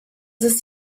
ist